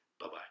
Bye-bye